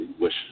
wish